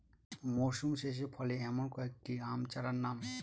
মরশুম শেষে ফলে এমন কয়েক টি আম চারার নাম?